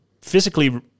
physically